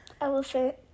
Elephant